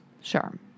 Sure